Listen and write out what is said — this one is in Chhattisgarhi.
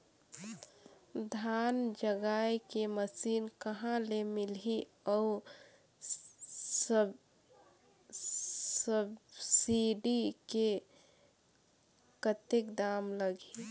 धान जगाय के मशीन कहा ले मिलही अउ सब्सिडी मे कतेक दाम लगही?